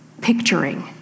picturing